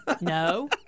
No